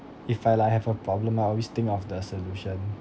if I like have a problem I always think of the solution